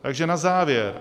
Takže na závěr.